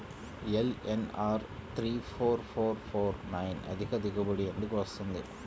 LNR three four four four nine అధిక దిగుబడి ఎందుకు వస్తుంది?